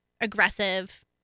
aggressive